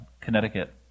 Connecticut